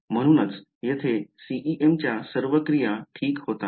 म्हणूनच येथे CEMच्या सर्व क्रिया ठीक होतात